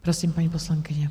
Prosím, paní poslankyně.